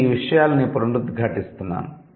నేను ఈ విషయాల్ని పునరుద్ఘాటిస్తున్నాను